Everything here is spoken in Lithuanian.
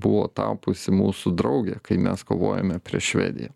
buvo tapusi mūsų drauge kai mes kovojome prieš švediją